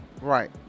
Right